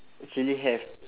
surely have